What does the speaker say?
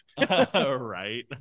Right